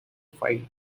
fight